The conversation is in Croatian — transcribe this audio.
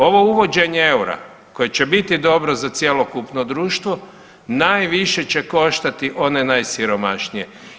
Ovo uvođenje eura koje će biti dobro za cjelokupno društvo najviše će koštati one najsiromašnije.